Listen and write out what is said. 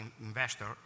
investor